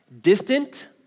distant